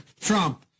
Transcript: Trump